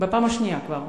בפעם השנייה כבר.